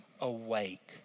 awake